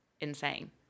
insane